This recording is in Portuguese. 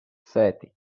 sete